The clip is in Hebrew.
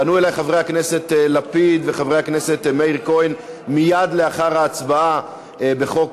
פנו אלי חבר הכנסת לפיד וחבר הכנסת מאיר כהן מייד לאחר ההצבעה על חוק